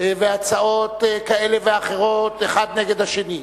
והצעות כאלה ואחרות אחד נגד השני,